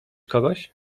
kogoś